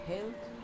Health